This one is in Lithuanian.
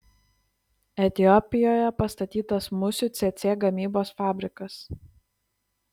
etiopijoje pastatytas musių cėcė gamybos fabrikas